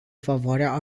favoarea